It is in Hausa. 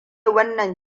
wannan